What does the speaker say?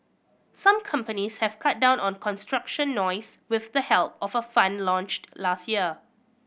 some companies have cut down on construction noise with the help of a fund launched last year